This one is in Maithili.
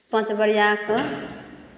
पाॅंच बोरिया कऽ